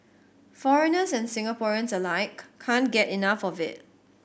foreigners and Singaporeans alike can't get enough of it